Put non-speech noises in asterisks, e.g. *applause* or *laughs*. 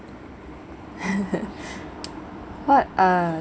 *laughs* what are